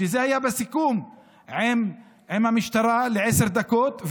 שזה היה בסיכום עם המשטרה לעשר דקות,